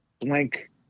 blank